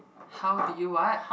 how did you what